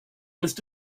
list